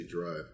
drive